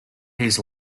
his